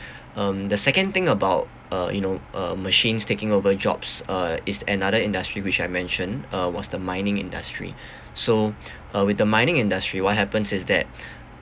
um the second thing about uh you know uh machines taking over jobs uh is another industry which I mentioned uh was the mining industry so uh with the mining industry what happens is that